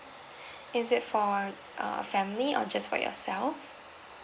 is it for uh family or just for yourself